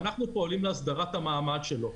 ואנחנו פועלים להסדרת המעמד שלו.